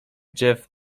jeff